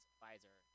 Pfizer